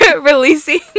releasing